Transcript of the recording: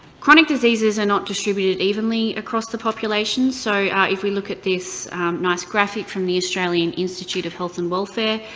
chronic diseases are not distributed evenly across the population. so yeah if we look at this nice graphic from the australian institute of health and welfare,